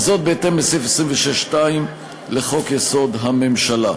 בהתאם לסעיף 26(2) לחוק-יסוד: הממשלה.